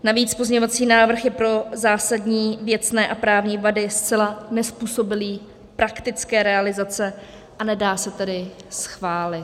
Navíc pozměňovací návrh je pro zásadní věcné a právní vady zcela nezpůsobilý k praktické realizaci, a nedá se tedy schválit.